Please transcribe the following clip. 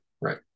right